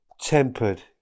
tempered